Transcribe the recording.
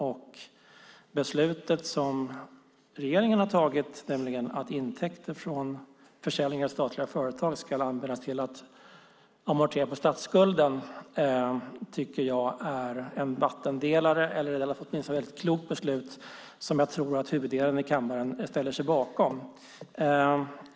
Det beslut som regeringen har fattat, nämligen att intäkter från försäljning av statliga företag ska användas till att amortera på statsskulden, tycker jag är en vattendelare eller åtminstone ett klokt beslut som jag tror att huvuddelen av kammaren ställer sig bakom.